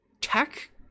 tech